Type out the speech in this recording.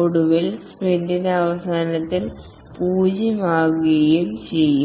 ഒടുവിൽ സ്പ്രിന്റിന്റെ അവസാനത്തിൽ 0 ആകുകയും ചെയ്യും